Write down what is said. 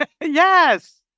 Yes